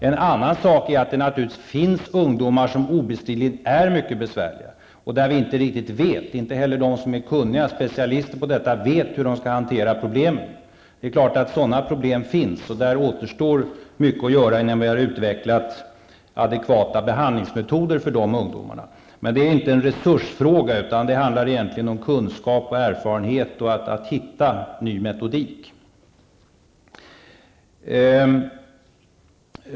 En annan sak är att det naturligtvis finns ungdomar som obestridligen är mycket besvärliga och att vi i dessa fall inte riktigt vet -- inte heller de som är specialister på detta -- hur problemen skall hanteras. Det återstår mycket att göra innan vi har utvecklat adekvata behandlingsmetoder för dessa ungdomar. Men det är inte en resursfråga, utan det handlar egentligen om kunskap och erfarenhet och om att hitta ny metodik.